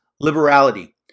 liberality